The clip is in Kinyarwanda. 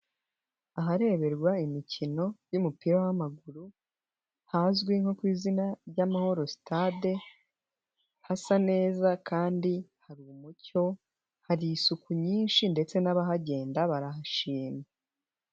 Ahareberwa imikino y'umupira w'amaguru hazwi nko ku izina ry'Amahoro sitade, hasa neza kandi hari umucyo hari isuku nyinshi ndetse n'abahagenda barahashima.